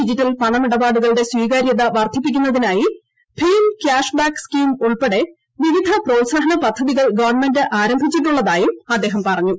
digital പണമിടപാടുകളുടെ സ്വീകാര്യത വർദ്ധിപ്പിക്കുന്നതിനായി ഭീം ക്യാഷ് ബാക്ക് സ്കീം ഉൾപ്പെടെ വിവിധ പ്രോത്സാഹന പദ്ധതികൾ ഗവൺമെന്റ് ആരംഭിച്ചിട്ടുള്ളതായും അദ്ദേഹം പറഞ്ഞു